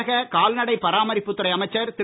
தமிழக கால்நடை பராமரிப்பு துறை அமைச்சர் திரு